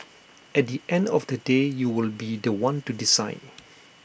at the end of the day you will be The One to decide